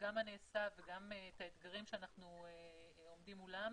גם מה נעשה וגם את האתגרים שאנחנו עומדים מולם.